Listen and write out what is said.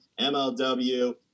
MLW